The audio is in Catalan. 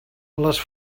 les